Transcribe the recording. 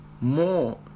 more